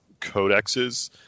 codexes